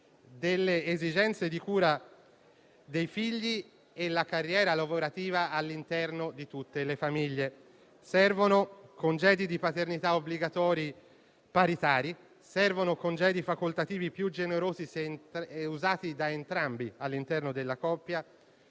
delle esigenze di cura dei figli e della carriera lavorativa all'interno di tutte le famiglie. Servono congedi di paternità obbligatori paritari, servono congedi facoltativi più generosi e usati da entrambi all'interno della coppia,